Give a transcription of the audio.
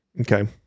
Okay